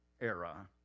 era